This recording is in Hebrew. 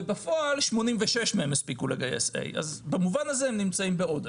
ובפועל 86 מהם הספיקו לגייס A. במובן הזה הם נמצאים בעודף.